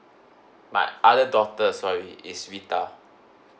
my other daughter sorry is rita